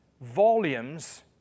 volumes